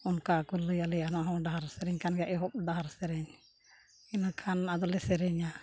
ᱚᱱᱠᱟ ᱠᱚ ᱞᱟᱹᱭᱟᱞᱮᱭᱟ ᱚᱱᱟᱦᱚᱸ ᱰᱟᱦᱟᱨ ᱥᱮᱨᱮᱧ ᱠᱟᱱ ᱜᱮᱭᱟ ᱮᱦᱚᱵ ᱰᱟᱦᱟᱨ ᱥᱮᱨᱮᱧ ᱤᱱᱟᱹ ᱠᱷᱟᱱ ᱟᱫᱚᱞᱮ ᱥᱮᱨᱮᱧᱟ